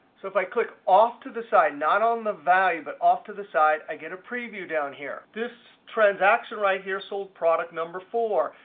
so if i click off to the side, not on the value, but off to the side, i get a preview down here. this transaction right here sold product number four.